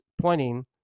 pointing